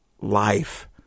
life